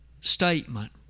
statement